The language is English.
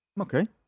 Okay